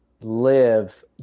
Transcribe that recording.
live